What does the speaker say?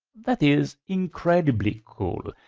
that is incredibly cool.